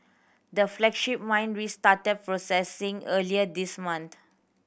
the flagship mine restarted processing earlier this month